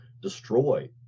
destroy